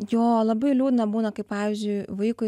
jo labai liūdna būna kai pavyzdžiui vaikui